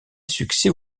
succès